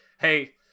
hey